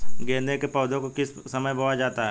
गेंदे के पौधे को किस समय बोया जाता है?